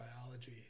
biology